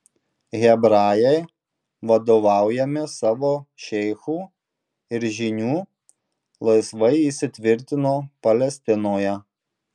hebrajai vadovaujami savo šeichų ir žynių laisvai įsitvirtino palestinoje